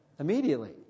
Immediately